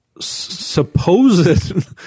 supposed